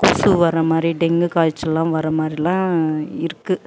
கொசு வர மாதிரி டெங்கு காய்ச்செல்லாம் வர மாதிரிலாம் இருக்குது